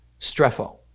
strepho